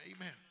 amen